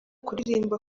kuririmba